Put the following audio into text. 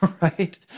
right